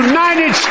United